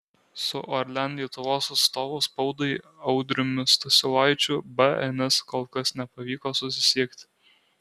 su orlen lietuvos atstovu spaudai audriumi stasiulaičiu bns kol kas nepavyko susisiekti